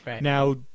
Now